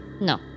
No